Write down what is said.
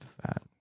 fat